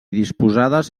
disposades